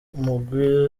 mugwi